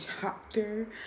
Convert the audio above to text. chapter